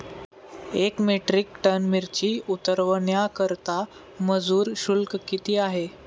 एक metric ton मिरची उतरवण्याकरता मजुर शुल्क किती आहे?